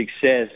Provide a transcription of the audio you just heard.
success